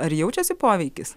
ar jaučiasi poveikis